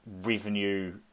revenue